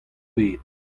bet